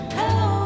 Hello